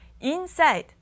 Inside